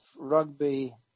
rugby